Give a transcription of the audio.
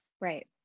Right